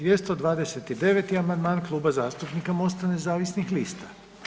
229. amandman Kluba zastupnika MOST-a nezavisnih lista.